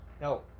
no